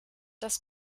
das